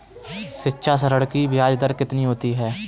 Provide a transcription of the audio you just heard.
शिक्षा ऋण की ब्याज दर कितनी होती है?